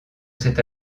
cet